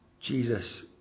Jesus